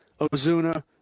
Ozuna